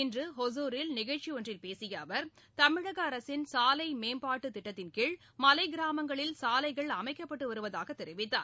இன்று ஒசூரில் நிகழ்ச்சி ஒன்றில் பேசிய அவர் தமிழக அரசின் சாலை மேம்பாட்டுத் திட்டத்தின்கீழ் மலை கிராமங்களில் சாலைகள் அமைக்கப்பட்டு வருவதாக தெரிவித்தார்